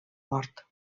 mort